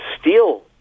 steal